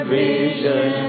vision